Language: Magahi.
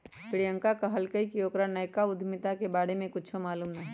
प्रियंका कहलकई कि ओकरा नयका उधमिता के बारे में कुछो मालूम न हई